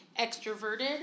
extroverted